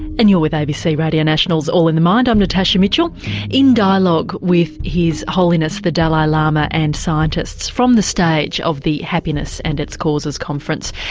and you're with abc radio national's all in the mind, i'm natasha mitchell in dialogue with his holiness the dalai lama and scientists, from the stage of the happiness and its causes conference.